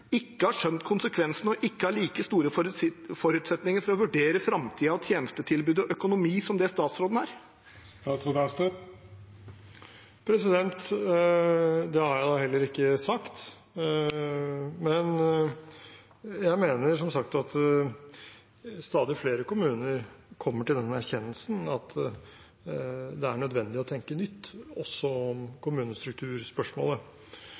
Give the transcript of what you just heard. ikke har skjønt konsekvensene og ikke har like store forutsetninger for å vurdere framtiden, tjenestetilbudet og økonomi som det statsråden har? Det har jeg da heller ikke sagt. Men jeg mener som sagt at stadig flere kommuner kommer til den erkjennelsen at det er nødvendig å tenke nytt også om